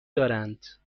دارند